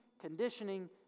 conditioning